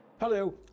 Hello